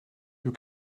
you